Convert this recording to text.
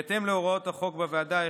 בהתאם להוראות החוק בוועדה,